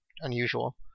unusual